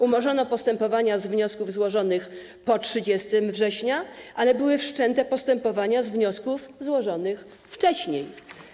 Umorzono postępowania z wniosków złożonych po 30 września, ale były wszczęte postępowania z wniosków złożonych wcześniej.